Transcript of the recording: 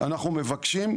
אנחנו מבקשים,